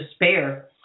despair